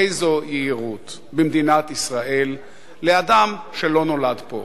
איזו יהירות במדינת ישראל כלפי אדם שלא נולד פה.